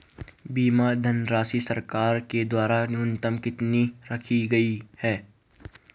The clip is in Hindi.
बीमा धनराशि सरकार के द्वारा न्यूनतम कितनी रखी गई है?